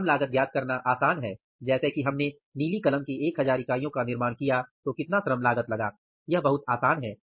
श्रम लागत ज्ञात करना आसान है जैसे कि हमने नीले कलम की 1000 इकाइयों का निर्माण किया तो कितना श्रम लागत लगा यह बहुत आसान है